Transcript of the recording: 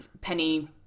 Penny